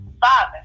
Father